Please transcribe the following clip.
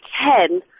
ten